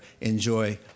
enjoy